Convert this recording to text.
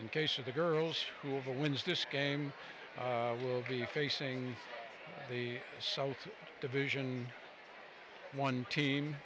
in case of the girls who wins this game will be facing the south division one team